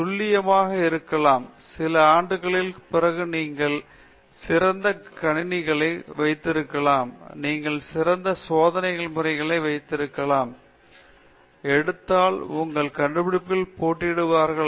துல்லியமாக இருக்கலாம் சில ஆண்டுகளுக்கு பிறகு நீங்கள் சிறந்த கணினிகளை வைத்திருக்கலாம் நீங்கள் சிறந்த சோதனை முறையைப் பெற்றிருக்கலாம் அதனால் நீங்கள் சில சதவீத முன்னேற்றம் பெறலாம் ஆனால் யாரோ மிகவும் வித்தியாசமான முடிவுகளை எடுத்தால் உங்கள் கண்டுபிடிப்புகளில் போட்டியிடுவீர்கள் நாம் வேண்டும்